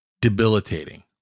debilitating